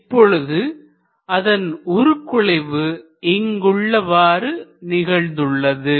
இப்பொழுது அதன் உருகுலைவு இங்குள்ளவாறு நிகழ்ந்துள்ளது